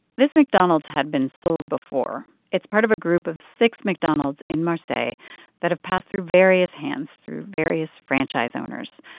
this mcdonald's had been sold before. it's part of a group of six mcdonald's in marseilles that have passed through various hands through various franchise owners.